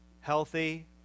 healthy